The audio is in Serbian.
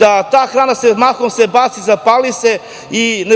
jer ta hrana se mahom baca, zapali se i